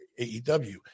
AEW